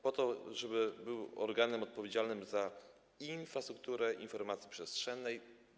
Po to, żeby był organem odpowiedzialnym za infrastrukturę informacji przestrzennej.